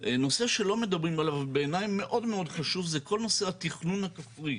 נושא שלא מדברים עליו ובעיניי מאוד חשוב זה כל נושא התכנון הכפרי.